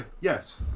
yes